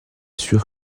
sûr